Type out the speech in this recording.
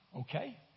Okay